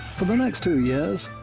for the next two years,